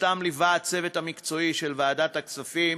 שאותם ליווה הצוות המקצועי של ועדת הכספים